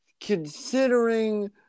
considering